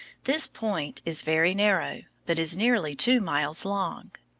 this point is very narrow, but is nearly two miles long.